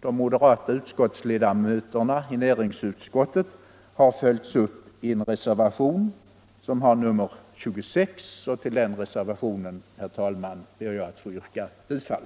de moderata ledamöterna i näringsutskottet har följts upp i en reservation som har nr 26. Till denna reservationen, herr talman, ber jag att få yrka bifall.